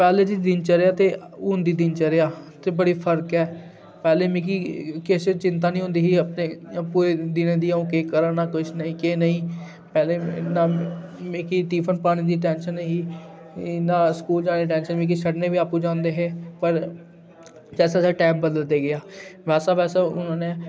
और पैह्लें दी दिनचर्या ते हून दी दिनचर्या च बड़ी फर्क ऐ पैह्लें मिकी किश चिंता निं होंदी ही पूरे दिनें दी अ'ऊं करा न किश नेईं पैह्लें मिकी टिफिन पाने दी टैंशन नेईं ही न स्कूलै दी टैंशन मिकी छड्डने ई बी आपूं जंदे हे पर जैसे जैसे टाइम बदलदा गेआ वैसा वैसा हून